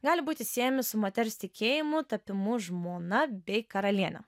gali būti siejami su moters tikėjimu tapimu žmona bei karaliene